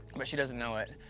but she doesn't know it.